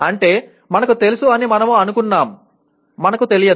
అంటే మనకు తెలుసు అని మనము అనుకున్నాం మనకు తెలియదు